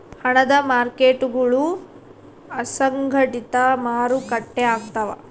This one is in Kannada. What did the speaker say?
ಹಣದ ಮಾರ್ಕೇಟ್ಗುಳು ಅಸಂಘಟಿತ ಮಾರುಕಟ್ಟೆ ಆಗ್ತವ